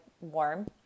warm